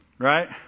Right